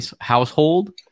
household